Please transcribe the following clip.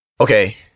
Okay